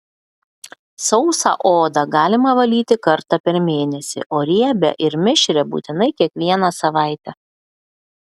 sausą odą galima valyti kartą per mėnesį o riebią ir mišrią būtinai kiekvieną savaitę